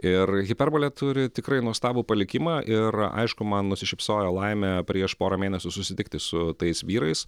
ir hiperbolė turi tikrai nuostabų palikimą ir aišku man nusišypsojo laimė prieš porą mėnesių susitikti su tais vyrais